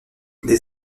des